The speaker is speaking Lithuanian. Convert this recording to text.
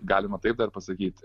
galima taip dar pasakyti